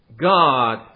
God